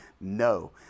no